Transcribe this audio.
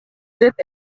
деп